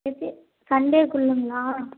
ஏது சண்டே குள்ளங்களா